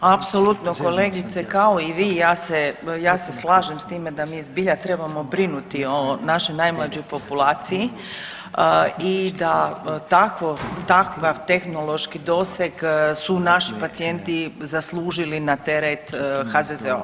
Apsolutno kolegice, kao i vi i ja se slažem s time da mi zbilja trebamo brinuti o našoj najmlađoj populaciji i da takva tehnološki doseg su naši pacijenti zaslužili na teret HZZO.